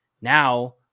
now